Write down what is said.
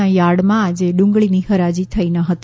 ના યાર્ડમાં આજે ડુંગળીની હરાજી થઈ ન હતી